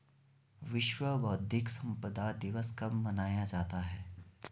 विश्व बौद्धिक संपदा दिवस कब मनाया जाता है?